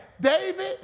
David